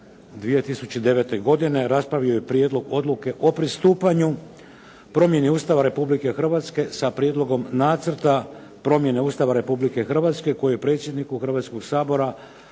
2009. godine raspravio je Prijedlog odluke o pristupanju promjeni Ustava Republike Hrvatske sa Prijedlogom nacrta promjene Ustava Republike Hrvatske koji je predsjedniku Hrvatskoga sabora